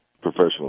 professional